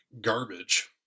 garbage